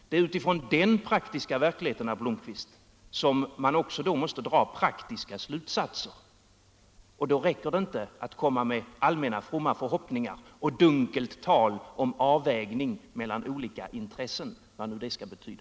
Det är utifrån den praktiska verkligheten, herr Blomkvist, som man också måste dra praktiska slutsatser. Då räcker det inte att komma med allmänna fromma förhoppningar och dunkelt tal om avvägning mellan olika intressen — vad nu det skall betyda.